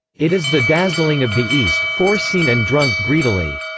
it is the dazzling of the east foreseen and drunk greedily.